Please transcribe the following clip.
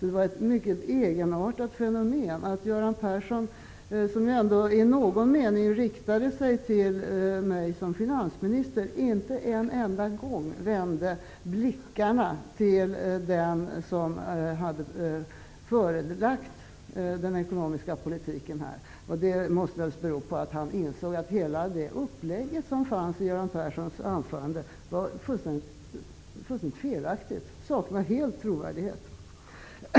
Det var ett mycket egenartat fenomen att Göran Persson, som ändå i någon mening riktade sig till mig som finansminister, inte en enda gång vände blickarna mot den som hade förelagt den ekonomiska politiken. Det måste bero på att han insåg att hela upplägget i anförandet var fullständigt felaktigt och helt saknade trovärdighet.